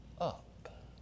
up